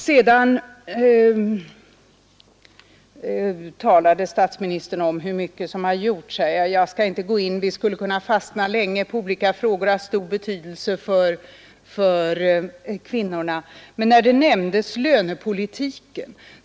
Sedan talade statsministern om hur mycket som har gjorts på detta område. Ja, vi skulle kunna dröja länge vid olika frågor av stor betydelse för kvinnorna. Lönepolitiken nämndes.